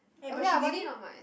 okay lah her body not much